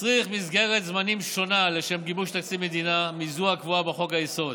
מצריך מסגרת זמנים שונה לשם גיבוש תקציב מדינה מזו הקבועה בחוק-היסוד.